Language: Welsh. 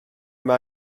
mae